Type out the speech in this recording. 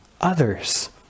others